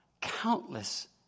countless